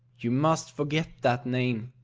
you must forget that name,